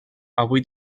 avui